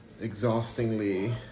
exhaustingly